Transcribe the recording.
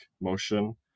motion